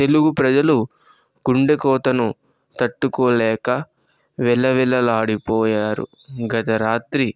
తెలుగు ప్రజలు గుండెకోతను తట్టుకోలేక విలవిలలాడిపోయారు గతరాత్రి